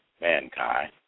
mankind